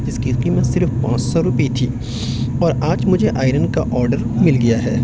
اس کی قیمت صرف پانچ سو روپے تھی اور آج مجھے آئرن کا آڈر مل گیا ہے